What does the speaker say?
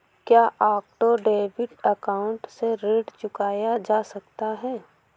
क्या auto debit account से ऋण चुकाया जा सकता है?